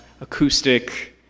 acoustic